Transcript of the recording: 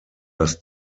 das